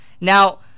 Now